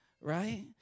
right